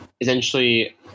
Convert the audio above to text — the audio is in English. essentially